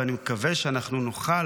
ואני מקווה שאנחנו נוכל,